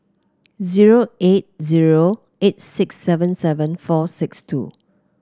zero eight zero eight six seven seven four six two